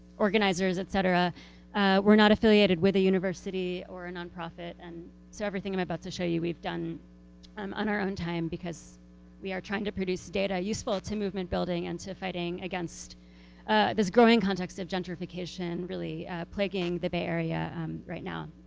organizers etc we're not affiliated with a university or a non-profit and so everything i'm about to show you we've done um on our own time because we are trying to produce data useful to movement building and to fighting against this growing context of gentrification really plaguing the bay area um right now.